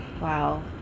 wow